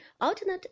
alternate